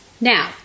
Now